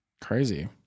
crazy